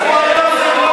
לך.